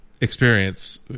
experience